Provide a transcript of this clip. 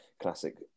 Classic